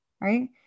right